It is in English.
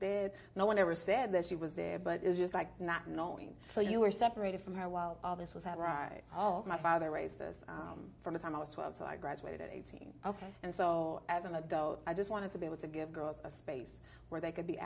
dead no one ever said that she was there but is just like not knowing so you were separated from her while all this was had by all my father raised him from the time i was twelve so i graduated at eighteen ok and so as an adult i just wanted to be able to give girls a space where they c